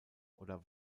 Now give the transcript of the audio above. oder